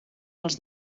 els